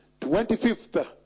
25th